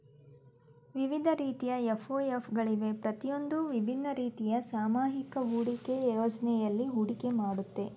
ವಿವಿಧ ರೀತಿಯ ಎಫ್.ಒ.ಎಫ್ ಗಳಿವೆ ಪ್ರತಿಯೊಂದೂ ವಿಭಿನ್ನ ರೀತಿಯ ಸಾಮೂಹಿಕ ಹೂಡಿಕೆ ಯೋಜ್ನೆಯಲ್ಲಿ ಹೂಡಿಕೆ ಮಾಡುತ್ತೆ